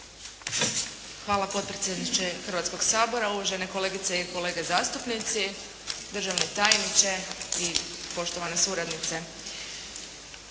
Hvala potpredsjedniče Hrvatskog sabora, uvažene kolegice i kolege zastupnici, državni tajniče i poštovana suradnice.